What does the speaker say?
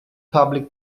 public